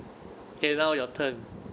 Know your turn